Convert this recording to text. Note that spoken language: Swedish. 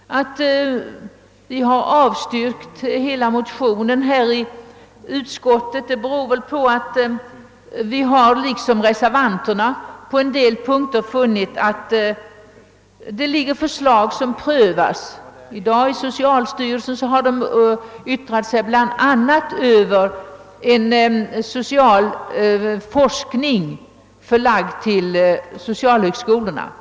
Att vi avstyrkt motionerna beror på att vi, liksom reservanterna, på en del punkter funnit att förslag för närvarande är under prövning. Jag kan nämna att socialstyrelsen i dag tagit ställning till bl.a. frågan om en social forskning, förlagd till socialhögskolorna.